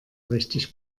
richtig